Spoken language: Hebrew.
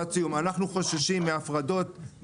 אנחנו חוששים מהפרדות,